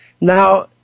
Now